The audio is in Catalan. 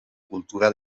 cultura